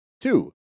Two